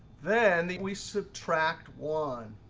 then we subtract one,